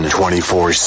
24